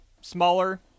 smaller